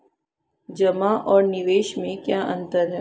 जमा और निवेश में क्या अंतर है?